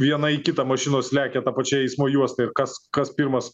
viena į kitą mašinos lekia ta pačia eismo juosta ir kas kas pirmas